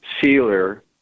sealer